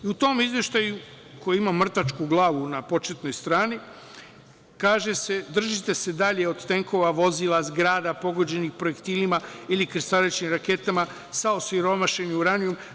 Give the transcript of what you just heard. U tom izveštaju koji ima mrtvačku glavu na početnoj strani kaže se: „Držite se dalje od tenkova, vozila i zgrada pogođenih projektilima ili krstarećim raketama sa osiromašenim uranijumom.